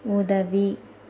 உதவி